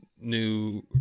new